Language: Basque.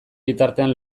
bitartean